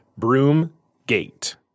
Broomgate